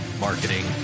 marketing